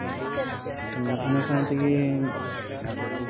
ᱚᱱᱟ ᱥᱟᱶ ᱛᱮᱜᱮ